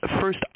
First